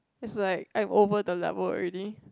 it's like I'm over the level already